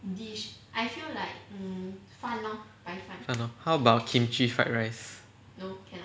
how about kimchi fried rice